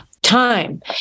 Time